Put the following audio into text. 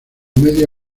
medio